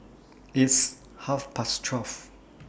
its Half Past twelve